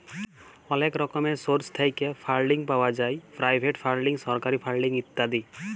অলেক রকমের সোর্স থ্যাইকে ফাল্ডিং পাউয়া যায় পেরাইভেট ফাল্ডিং, সরকারি ফাল্ডিং ইত্যাদি